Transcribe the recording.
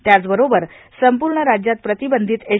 त्याचबरोबर संपूर्ण राज्यात प्रतिबंधित एच